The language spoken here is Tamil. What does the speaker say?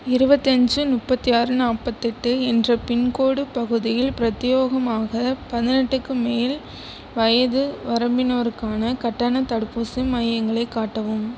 இருபத்தஞ்சு முப்பத்து ஆறு நாற்பத்தெட்டு என்ற பின்கோடு பகுதியில் பிரத்யோகமாக பதினெட்டுக்கு மேல் வயது வரம்பினோருக்கான கட்டண தடுப்பூசி மையங்களை காட்டவும்